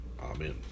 Amen